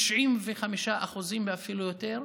ב-95%, ואפילו יותר,